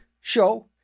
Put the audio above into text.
show